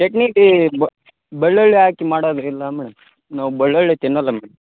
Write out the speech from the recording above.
ಚಟ್ನಿ ಟೀ ಬೆಳ್ಳುಳ್ಳಿ ಹಾಕಿ ಮಾಡೋದ್ರಿಲ್ಲನು ನಾವು ಬಳ್ಳುಳ್ಳಿ ತಿನ್ನಲ್ಲ ಮೇ